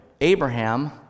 Abraham